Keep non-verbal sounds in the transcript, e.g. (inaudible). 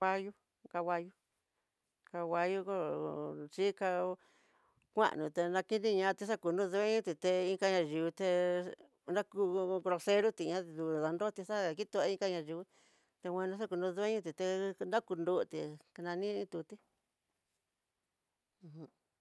Vallu, canguallu canguallu ho o xhiká ho kuanoti dakidiñati xaku no té teité naxhiká na yu'úté, naku grocero tiña'a (hesitation) ndoti xa'á, kito inka na yu'ú, tenguan xakuno dueño teté nrakuroté te nani tutí ujun.